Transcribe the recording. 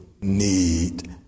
need